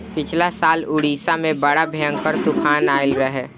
पिछला साल उड़ीसा में बड़ा भयंकर तूफान आईल रहे